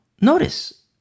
Notice